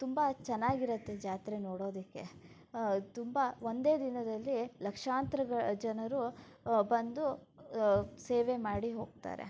ತುಂಬ ಚೆನ್ನಾಗಿರತ್ತೆ ಜಾತ್ರೆ ನೋಡೋದಕ್ಕೆ ತುಂಬ ಒಂದೇ ದಿನದಲ್ಲಿ ಲಕ್ಷಾಂತರ ಗ ಜನರು ಬಂದು ಸೇವೆ ಮಾಡಿ ಹೋಗ್ತಾರೆ